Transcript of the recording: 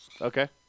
Okay